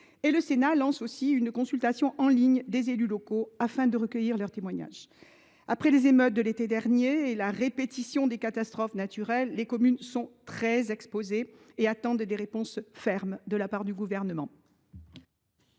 Le Sénat a aussi lancé une consultation en ligne des élus locaux afin de recueillir leurs témoignages. Après les émeutes de l’été dernier et la répétition des catastrophes naturelles, les communes sont très exposées et attendent des réponses fermes du Gouvernement.